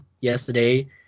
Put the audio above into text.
yesterday